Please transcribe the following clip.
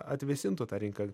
atvėsintų tą rinką